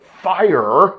fire